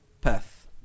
path